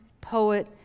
poet